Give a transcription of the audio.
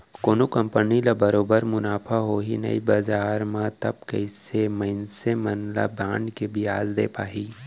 कोनो कंपनी ल बरोबर मुनाफा होही नइ बजार म तब कइसे मनसे मन ल बांड के बियाज दे पाही